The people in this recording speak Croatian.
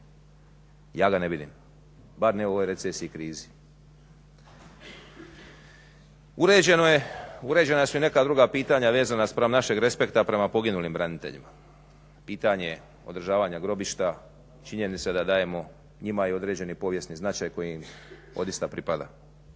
Ja ga ne vidim, bar ne u ovoj recesiji i krizi. Uređena su i neka druga pitanja vezana spram našeg respekta prema poginulim braniteljima. Pitanje održavanja grobišta, činjenica da dajemo njima i određeni povijesni značaj koji im odista pripada.